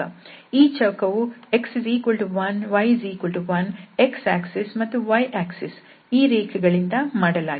ಈ ಚೌಕವು x1 y1 x ಅಕ್ಷರೇಖೆ ಮತ್ತು y ಅಕ್ಷರೇಖೆ ಈ ರೇಖೆಗಳಿಂದ ಮಾಡಲಾಗಿದೆ